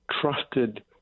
trusted